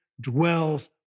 dwells